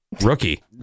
rookie